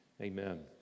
amen